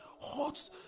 hot